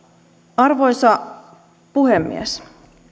arvoisa puhemies